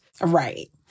Right